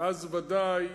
ואז ודאי